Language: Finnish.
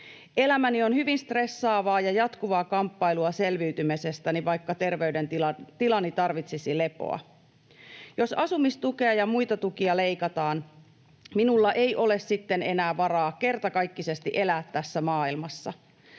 Elämäni on hyvin stressaavaa ja jatkuvaa kamppailua selviytymisestäni, vaikka terveydentilani tarvitsisi lepoa. Jos asumistukea ja muita tukia leikataan, minulla ei ole sitten enää varaa kertakaikkisesti elää tässä maailmassa.